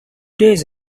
days